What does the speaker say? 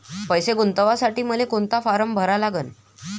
पैसे गुंतवासाठी मले कोंता फारम भरा लागन?